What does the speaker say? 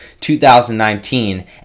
2019